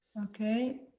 okay.